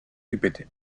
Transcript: ripeté